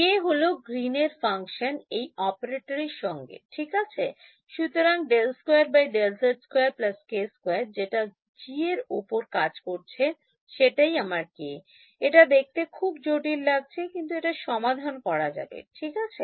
K হল Green এর ফাংশনGreen's Function এই operator এর সঙ্গে ঠিক আছে সুতরাং ∂2∂z2 k2 যেটা G এর ওপর কাজ করছে সেটাই আমার K এটা দেখতে খুব জটিল লাগছে কিন্তু এটার সমাধান করা যাবে ঠিক আছে